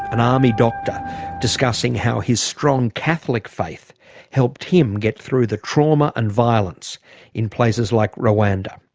an army doctor discussing how his strong catholic faith helped him get through the trauma and violence in places like rwanda.